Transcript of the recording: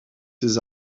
ses